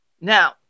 Now